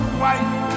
white